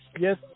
Yes